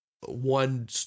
one